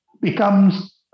becomes